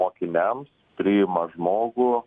mokiniams priima žmogų